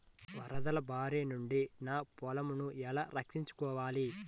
వరదల భారి నుండి నా పొలంను ఎలా రక్షించుకోవాలి?